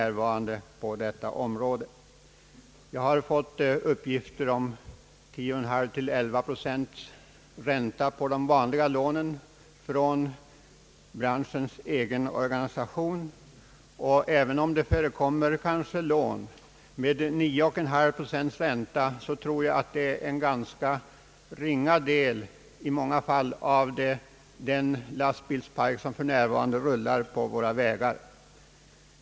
Från branschens egen organisation har jag fått uppgifter om 10,5—11 procents ränta på de vanliga lånen, Även om det kanske förekommer lån mot 9,5 procents ränta tror jag att dessa lån gäller en ganska ringa del av den lastbilspark som för närvarande rullar på våra vägar.